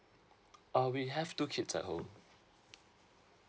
uh we have two kids at home